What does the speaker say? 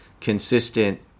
consistent